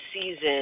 season